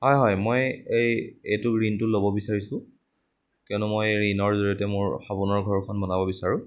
হয় হয় মই এই এইটো ঋণটো ল'ব বিচাৰিছোঁ কিয়নো মই এই ঋণৰ জৰিয়তে মোৰ সপোনৰ ঘৰখন বনাব বিচাৰোঁ